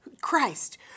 Christ